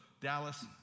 Dallas